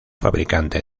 fabricante